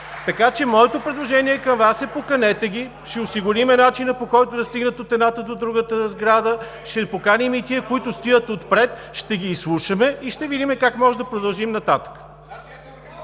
Моето предложение към Вас е: поканете ги, ще осигурим начина, по който да стигнат от едната до другата сграда, ще поканим и тези, които стоят отпред, ще ги изслушаме и ще видим как можем да продължим нататък.